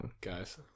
Guys